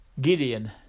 Gideon